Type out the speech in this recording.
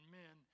men